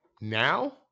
Now